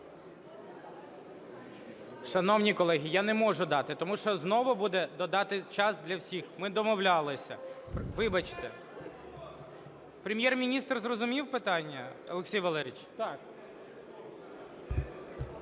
Шановні колеги, я не можу дати, тому що знову буде – додати час для всіх. Ми домовлялися. Вибачте. (Шум у залі) Прем’єр-міністр зрозумів питання? Олексій Валерійович!